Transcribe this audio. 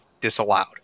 disallowed